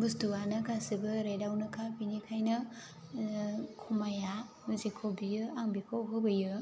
बुस्थुवानो गासिबो रेटयावनोखा बिनिखायनो खमाया जेखौ बियो आं बिखौ होबोयो